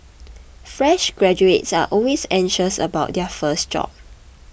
fresh graduates are always anxious about their first job